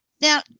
Now